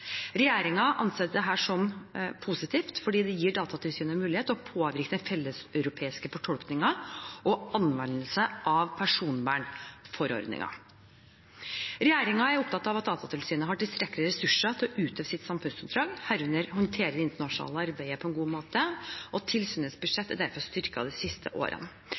som positivt, fordi det gir Datatilsynet en mulighet til å påvirke den felleseuropeiske fortolkningen og anvendelsen av personvernforordningen. Regjeringen er opptatt av at Datatilsynet har tilstrekkelige ressurser til å utøve sitt samfunnsoppdrag, herunder å håndtere det internasjonale arbeidet på en god måte, og tilsynets budsjett er derfor styrket de siste årene.